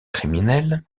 criminel